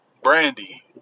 brandy